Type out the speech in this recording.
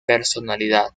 personalidad